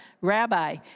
Rabbi